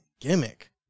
gimmick